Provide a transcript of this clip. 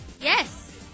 Yes